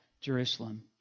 Jerusalem